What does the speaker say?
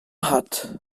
avat